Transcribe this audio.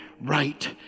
Right